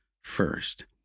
first